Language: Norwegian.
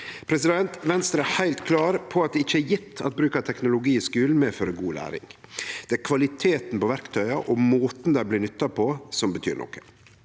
nytta. Venstre er heilt klar på at det ikkje er gjeve at bruk av teknologi i skulen medfører god læring. Det er kvaliteten på verktøya og måten dei blir nytta på, som betyr noko.